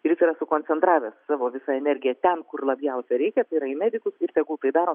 ir jis yra sukoncentravęs savo visą energiją ten kur labiausia reikia tai yra į medikus ir tegul tai darom